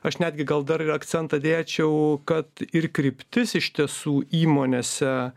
aš netgi gal dar ir akcentą dėčiau kad ir kryptis iš tiesų įmonėse